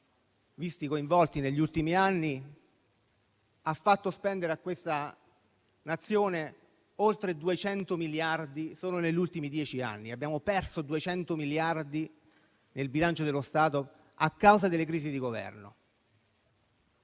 visti coinvolti negli ultimi anni, ha speso oltre 200 miliardi solo negli ultimi dieci anni; abbiamo perso 200 miliardi nel bilancio dello Stato a causa delle crisi di Governo